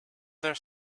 their